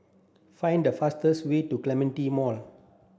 find the fastest way to Clementi Mall